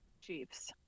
Chiefs